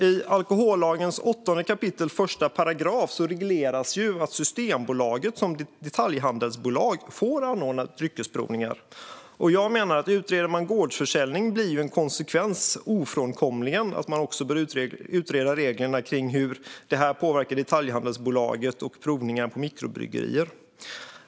I alkohollagens 8 kap. 1 § regleras att Systembolaget som detaljhandelsbolag får anordna dryckesprovningar. Jag menar att utreder man gårdsförsäljning blir en konsekvens ofrånkomligen att man också bör utreda reglerna kring hur det här påverkar detaljhandelsbolag och provningar på mikrobryggerier.